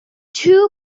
two